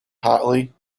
hotly